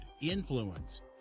influence